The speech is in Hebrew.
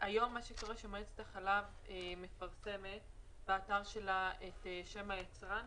היום מועצת החלב מפרסמת באתר שלה את שם היצרן,